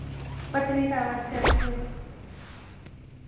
पत्नीटाप आस्तै आक्खा दे